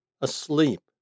asleep